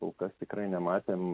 kol kas tikrai nematėm